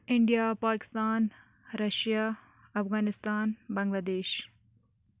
India Pakistan Russia Afghanistan Bangladesh